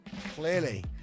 Clearly